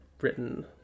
written